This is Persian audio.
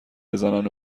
بزنن